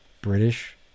British